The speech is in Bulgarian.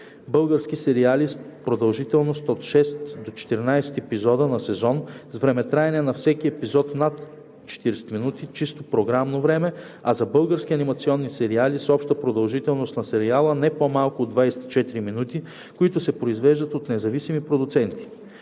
български сериали с продължителност от 6 до 14 епизода на сезон с времетраене на всеки епизод над 40 минути чисто програмно време, а за български анимационни сериали с обща продължителност на сериала не по-малко от 24 минути, които се произвеждат от независими продуценти;